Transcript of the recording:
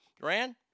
Duran